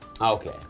Okay